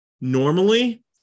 normally